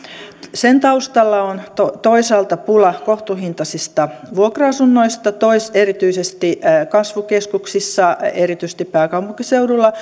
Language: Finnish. sen taustalla on toisaalta pula kohtuuhintaisista vuokra asunnoista erityisesti kasvukeskuksissa ja erityisesti pääkaupunkiseudulla